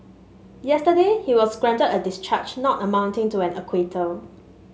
yesterday he was granted a discharge not amounting to an acquittal